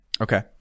Okay